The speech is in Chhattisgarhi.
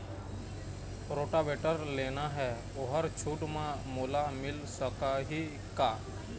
रोटावेटर लेना हे ओहर छूट म मोला मिल सकही का?